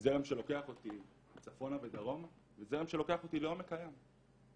זרם שלוקח אותי צפונה ודרומה וזרם שלוקח אותי לעומק הים.